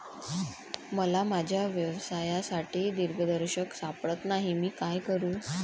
मला माझ्या व्यवसायासाठी दिग्दर्शक सापडत नाही मी काय करू?